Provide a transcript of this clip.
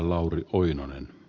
arvoisa puhemies